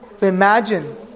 Imagine